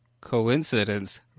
coincidence